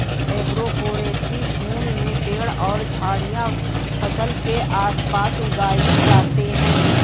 agroforestry भूमि में पेड़ और झाड़ियाँ फसल के आस पास उगाई जाते है